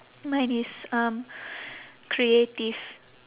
mine is um creative